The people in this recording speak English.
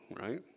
right